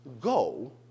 go